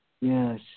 Yes